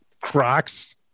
Crocs